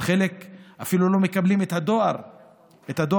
חלק אפילו לא מקבלים את הדואר הרשום,